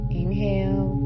inhale